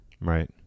right